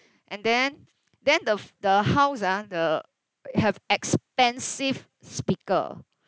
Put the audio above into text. and then then the f~ the house ah the have expensive speaker